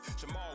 Jamal